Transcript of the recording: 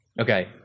Okay